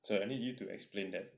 sorry I need you to explain that